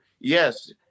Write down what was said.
yes